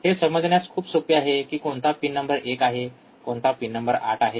हे समजण्यास खूप सोपे आहे की कोणता पिन नंबर १ आहे आणि कोणता पिन नंबर ८ आहे